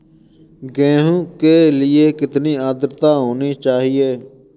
गेहूँ के लिए कितनी आद्रता होनी चाहिए?